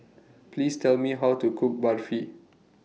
Please Tell Me How to Cook Barfi